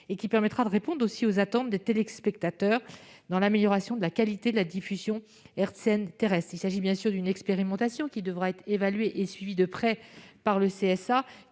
l'audiovisuel et de répondre aux attentes des téléspectateurs en matière d'amélioration de la qualité de la diffusion hertzienne terrestre. Il s'agit évidemment d'une expérimentation. Elle devra être évaluée et suivie de près par le CSA,